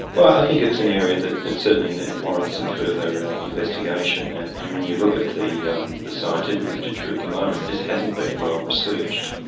well i think it's an area that that certainly warrants some further investigation and and when when you look at the um the scientific literature at the moment this hasn't been well researched.